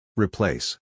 Replace